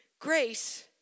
Grace